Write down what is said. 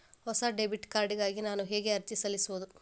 ಹೊಸ debit card ಗಾಗಿ ನಾನು ಹೇಗೆ ಅರ್ಜಿ ಸಲ್ಲಿಸುವುದು?